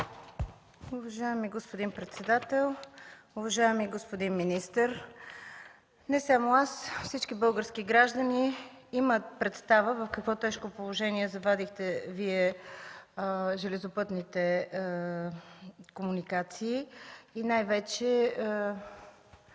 Уважаеми господин председател, уважаеми господин министър! Не само аз, всички български граждани имат представа в какво тежко положение заварихте Вие железопътните комуникации и най-вече